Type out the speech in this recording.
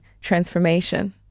transformation